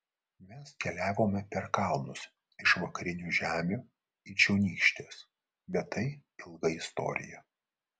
mes keliavome per kalnus iš vakarinių žemių į čionykštes bet tai ilga istorija